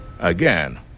Again